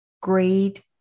greed